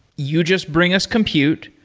you just bring us compute,